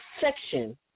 section